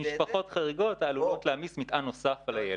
משפחות חריגות העלולות להעמיס מטען נוסף על הילד.